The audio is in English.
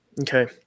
Okay